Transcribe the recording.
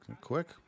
Quick